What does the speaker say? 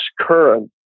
current